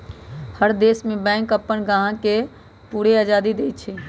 हर देश में बैंक अप्पन ग्राहक के पूरा आजादी देई छई